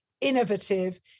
innovative